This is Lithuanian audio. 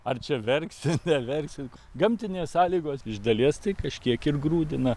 ar čia verksi neverksi gamtinės sąlygos iš dalies tai kažkiek ir grūdina